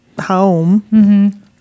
home